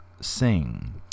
Sing